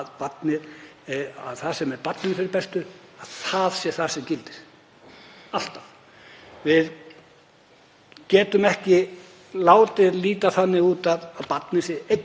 að það sem er barninu fyrir bestu sé það sem gildir, alltaf. Við getum ekki látið líta þannig út að barnið sé